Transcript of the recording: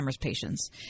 patients